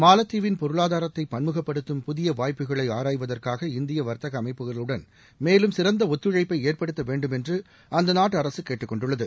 மாலத்தீவின் பொருளாதாரத்தை பண்முகப்படுத்தும் புதிய வாய்ப்புகளை ஆராய்வதற்காக இந்திய வர்த்தக அமைப்புகளுடன் மேலும் சிறந்த ஒத்துழைப்பை ஏற்படுத்த வேண்டும் என்று அந்த நாட்டு அரசு கேட்டுகொண்டுள்ளது